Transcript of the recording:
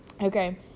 Okay